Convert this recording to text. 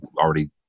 already